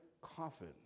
coffin